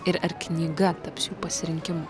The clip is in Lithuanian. ir ar knyga taps jų pasirinkimu